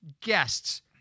Guests